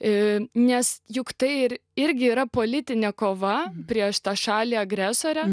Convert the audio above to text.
e nes juk tai irgi yra politinė kova prieš tą šalį agresorę